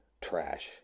trash